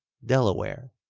delaware,